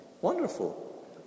Wonderful